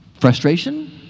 frustration